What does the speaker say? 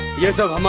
years of um